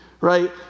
Right